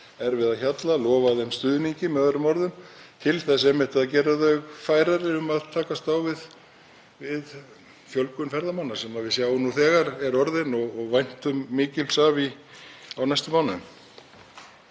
erfiða hjalla, lofa þeim stuðningi með öðrum orðum, til þess einmitt að gera þau færari um að takast á við fjölgun ferðamanna sem við sjáum nú þegar að er orðin og væntum mikils af á næstu mánuðum.